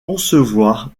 concevoir